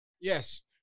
Yes